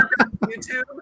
YouTube